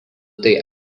tai